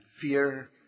fear